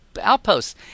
outposts